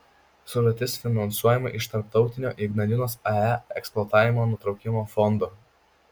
sutartis finansuojama iš tarptautinio ignalinos ae eksploatavimo nutraukimo fondo